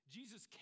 Jesus